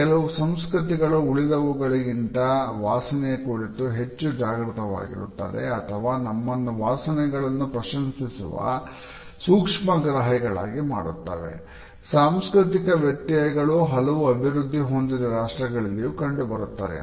ಕೆಲವು ಸಂಸ್ಕೃತಿಗಳು ಉಳಿದವುಗಳಿಗಿಂತ ವಾಸನೆಯ ಕುರಿತು ಹೆಚ್ಚು ಜಾಗೃತವಾಗಿರುತ್ತವೆ ಮತ್ತು ನಮ್ಮನ್ನು ವಾಸನೆಗಳನ್ನು ಪ್ರಶಂಸಿಸುವ ಸೂಕ್ಷ್ಮಗ್ರಾಹಿಗಳನ್ನಾಗಿ ಮಾಡುತ್ತವೆ ಸಾಂಸ್ಕೃತಿಕ ವ್ಯತ್ಯಯಗಳು ಹಲವು ಅಭಿವೃದ್ಧಿ ಹೊಂದಿದ ರಾಷ್ಟ್ರಗಳಲ್ಲಿಯು ಕಂಡುಬರುತ್ತವೆ